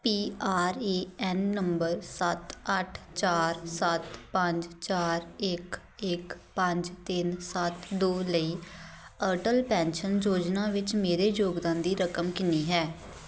P R A N number ਸੱਤ ਅੱਠ ਚਾਰ ਸੱਤ ਪੰਜ ਚਾਰ ਇੱਕ ਇੱਕ ਪੰਜ ਤਿੰਨ ਸੱਤ ਦੋ ਲਈ ਅਟਲ ਪੈਨਸ਼ਨ ਯੋਜਨਾ ਵਿੱਚ ਮੇਰੇ ਯੋਗਦਾਨ ਦੀ ਰਕਮ ਕਿੰਨੀ ਹੈ